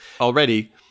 already